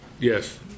yes